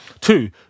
Two